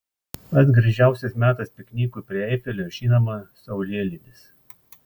pats gražiausias metas piknikui prie eifelio žinoma saulėlydis